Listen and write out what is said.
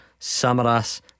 Samaras